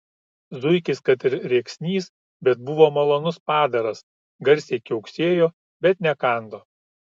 zuikis kad ir rėksnys bet buvo malonus padaras garsiai kiauksėjo bet nekando